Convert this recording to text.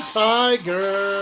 tiger